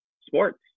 sports